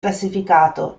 classificato